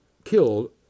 killed